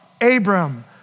Abram